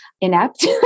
inept